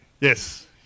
yes